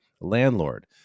landlord